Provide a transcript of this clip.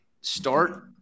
start